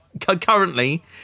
currently